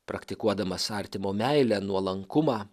praktikuodamas artimo meilę nuolankumą